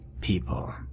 people